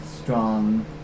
strong